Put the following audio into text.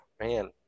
man